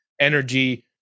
energy